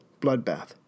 bloodbath